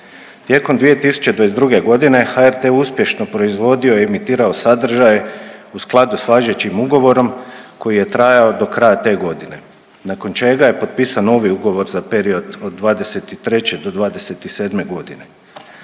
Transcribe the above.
Tijekom 2022. g. HRT uspješno proizvodio i emitirao sadržaj u skladu s važećim ugovorom koji je trajao do kraja te godine, nakon čega je potpisan novi ugovor za period od '23. do '27. g.